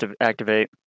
activate